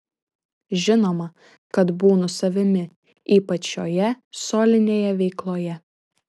žinoma kad būnu savimi ypač šioje solinėje veikloje